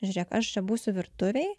žiūrėk aš čia būsiu virtuvėj